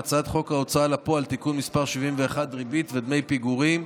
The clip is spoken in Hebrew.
והצעת חוק ההוצאה לפועל (תיקון מס' 71) (ריבית ודמי פיגורים),